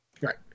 right